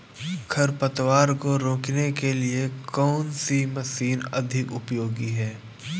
खरपतवार को रोकने के लिए कौन सी मशीन अधिक उपयोगी है?